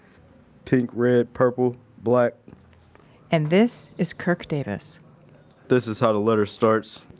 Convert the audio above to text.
pink, red, purple, black and this is kirk davis this is how the letter starts.